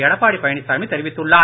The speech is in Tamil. எடப்பாடி பழனிசாமி தெரிவித்துள்ளார்